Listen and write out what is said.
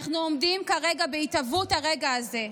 אנחנו עומדים כרגע בהתהוות הרגע הזה,